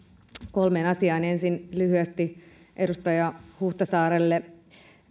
kolmeen asiaan ensin lyhyesti edustaja huhtasaarelle